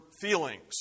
feelings